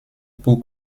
pour